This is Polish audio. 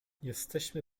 jesteśmy